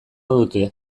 dute